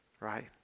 Right